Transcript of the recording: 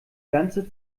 ganze